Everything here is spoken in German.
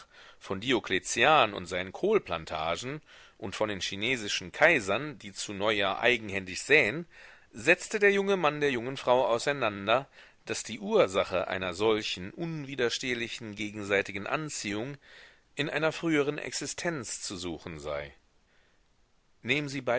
von diocletian und seinen kohlplantagen und von den chinesischen kaisern die zu neujahr eigenhändig säen setzte der junge mann der jungen frau auseinander daß die ursache einer solchen unwiderstehlichen gegenseitigen anziehung in einer früheren existenz zu suchen sei nehmen sie